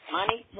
money